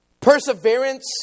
Perseverance